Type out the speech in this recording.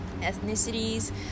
ethnicities